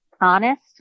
honest